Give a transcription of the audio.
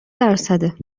درصده